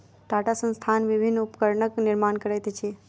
टाटा संस्थान विभिन्न उपकरणक निर्माण करैत अछि